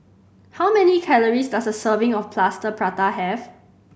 how many calories does a serving of Plaster Prata have